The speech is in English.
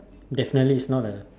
definitely it's not a